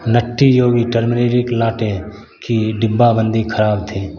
Nutty Yogi turmeric latte की डिब्बाबंदी खराब थी